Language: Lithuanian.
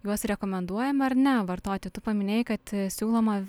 juos rekomenduojama ar ne vartoti tu paminėjai kad siūloma